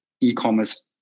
e-commerce